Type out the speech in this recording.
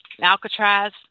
Alcatraz